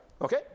okay